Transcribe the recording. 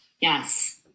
Yes